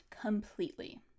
completely